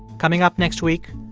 coming up next week,